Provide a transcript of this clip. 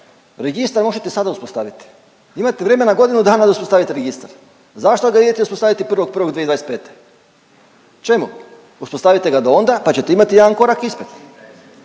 registar možete sada uspostaviti imate vremena godinu dana da uspostavite registar. Zašto ga idete uspostaviti 1.1.2025.? Čemu? Uspostavite ga do onda pa ćete imati jedan korak ispred.